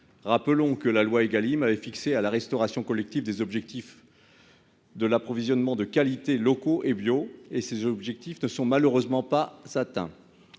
à tous, dite loi Égalim, avait fixé à la restauration collective des objectifs d'approvisionnements de qualité, locaux et bio. Or ceux-ci ne sont malheureusement pas atteints